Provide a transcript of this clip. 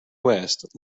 west